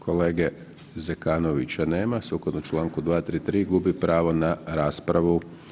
Kolege Zekanovića nema, sukladno čl. 233.gubi pravo na raspravu.